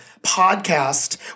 podcast